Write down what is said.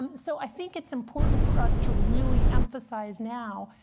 so i think it's important for us to really emphasize now,